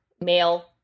male